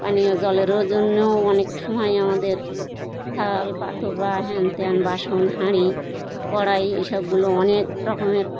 পানীয় জলের জন্যও অনেক সময় আমাদের থালা পাত্র বা হ্যানত্যান বাসন হাঁড়ি কড়াই এই সবগুলো অনেক রকমের